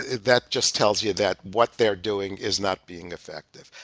that just tells you that what they're doing is not being effective.